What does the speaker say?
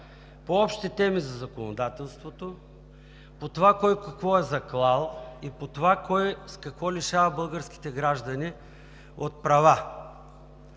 по общи тези за законодателството, по това кой какво е заклал и по това кой с какво лишава българските граждани от права.